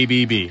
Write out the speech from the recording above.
ABB